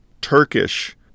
Turkish